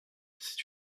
c’est